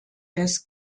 des